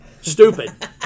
Stupid